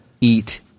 eat